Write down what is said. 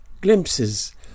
glimpses